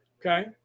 Okay